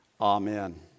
Amen